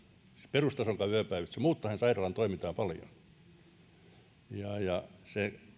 perustasonkaan yöpäivystystä niin se muuttaa sen sairaalan toimintaa paljon mielestäni se